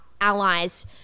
allies